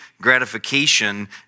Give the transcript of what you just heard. gratification